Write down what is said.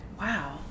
Wow